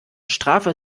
strafe